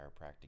chiropractic